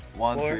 one,